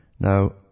Now